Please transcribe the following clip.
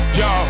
yo